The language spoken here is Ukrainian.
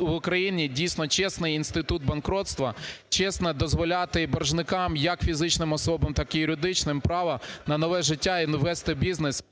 в Україні дійсно чесний інститут банкротства, чесно дозволяти боржникам як фізичним особам, так і юридичним право на нове життя і на вести бізнес…